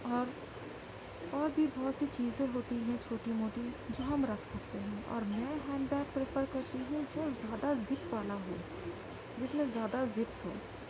اور اور بھی بہت سی چیزیں ہوتی ہیں چھوٹی موٹی جو ہم رکھ سکتے ہیں اور میں ہینڈ بیگ پریفر کرتی ہوں جو زیادہ زپ والا ہو جس میں زیادہ زپس ہوں